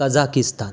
Kazakhstan